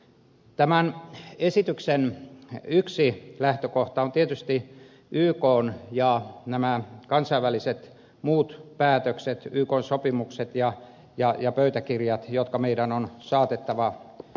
tämän esityksen yksi lähtökohta on tietysti ykn ja nämä kansainväliset muut päätökset ykn sopimukset ja pöytäkirjat jotka meidän on saatettava voimaan